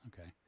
Okay